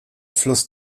fluss